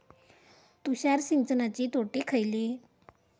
तुषार सिंचनाचे तोटे खयले?